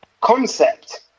concept